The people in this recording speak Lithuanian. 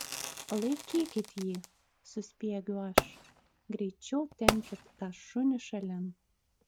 laikykit jį suspiegiu aš greičiau tempkit tą šunį šalin